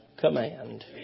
command